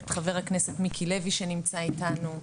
ח"כ מיקי לוי שנמצא איתנו,